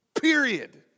Period